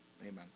amen